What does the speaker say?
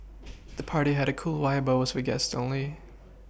the party had a cool vibe but was for guests only